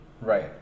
Right